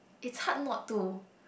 it's hard not to